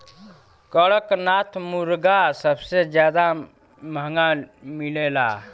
कड़कनाथ मुरगा सबसे जादा महंगा मिलला